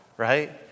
right